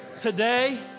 Today